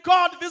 God